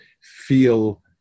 feel